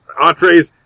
entree's